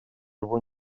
его